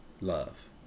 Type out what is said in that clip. Love